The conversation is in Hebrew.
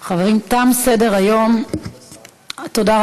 חברים, תם